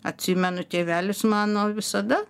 atsimenu tėvelis mano visada